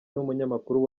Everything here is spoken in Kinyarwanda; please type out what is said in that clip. n’umunyamakuru